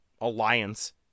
alliance